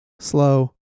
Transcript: slow